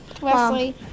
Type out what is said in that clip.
Wesley